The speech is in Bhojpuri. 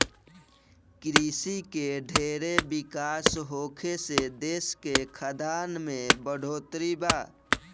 कृषि के ढेर विकास होखे से देश के खाद्यान में बढ़ोतरी बा